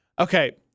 Okay